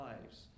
lives